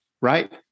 right